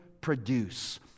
produce